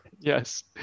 yes